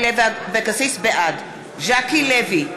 אבקסיס, בעד ז'קי לוי,